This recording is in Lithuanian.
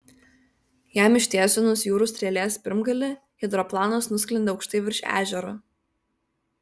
jam ištiesinus jūrų strėlės pirmgalį hidroplanas nusklendė aukštai virš ežero